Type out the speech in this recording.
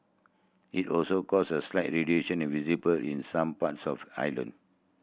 it also caused a slight in visible in some parts of island